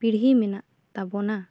ᱯᱤᱲᱦᱤ ᱢᱮᱱᱟᱜ ᱛᱟᱵᱚᱱᱟ